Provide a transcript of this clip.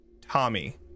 Tommy